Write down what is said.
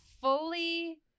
fully